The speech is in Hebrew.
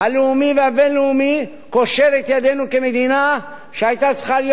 הלאומי והבין-לאומי קושר את ידינו כמדינה שהיתה צריכה להיות